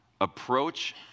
Approach